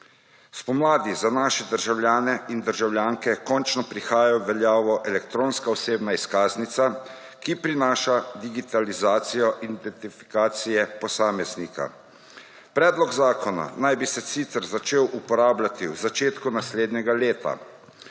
Spomladi za naše državljane in državljanke končno prihaja v veljavo elektronska osebna izkaznica, ki prinaša digitalizacijo identifikacije posameznika. Predlog zakona naj bi se sicer začel uporabljati v začetku naslednjega leta.